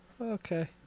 Okay